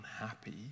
unhappy